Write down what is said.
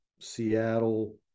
seattle